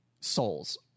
souls